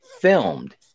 filmed